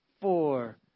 four